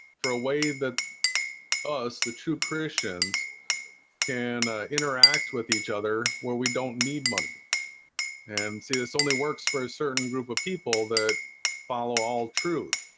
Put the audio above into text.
for a way that us the two christians can interact with each other where we don't need money and see this only works for a certain group of people that follow all truth